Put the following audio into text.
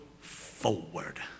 forward